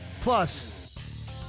Plus